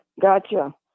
Gotcha